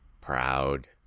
proud